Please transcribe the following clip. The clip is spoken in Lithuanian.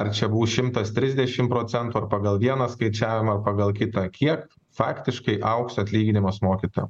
ar čia bus šimtas trisdešim procentų ar pagal vieną skaičiavimą ar pagal kitą kiek faktiškai augs atlyginimas mokytojam